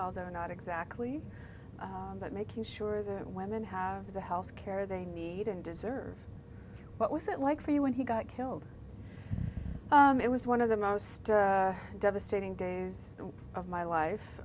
although not exactly but making sure that women have the health care they need and deserve what was it like for you when he got killed it was one of the most devastating days of my life